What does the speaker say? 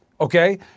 Okay